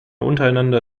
untereinander